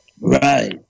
Right